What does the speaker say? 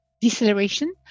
deceleration